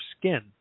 skin